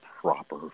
proper